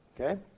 Okay